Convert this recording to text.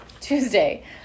Tuesday